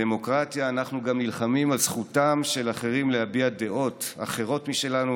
ובדמוקרטיה אנחנו גם נלחמים על זכותם של אחרים להביע דעות אחרות משלנו.